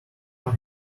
are